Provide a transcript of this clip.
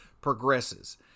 progresses